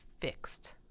fixed